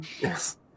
yes